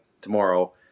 tomorrow